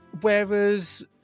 Whereas